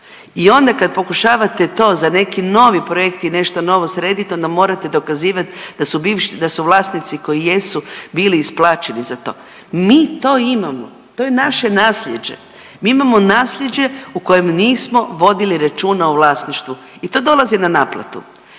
i onda kad pokušavate to za neki novi projekt i nešto novo srediti onda morate dokazivati da su bivši, da su vlasnici koji jesu bili isplaćeni za to. Mi to imamo, to je naše naslijeđe. Mi imamo naslijeđe u kojem nismo vodili računa o vlasništvu ti to dolazi na naplatu.